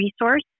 resource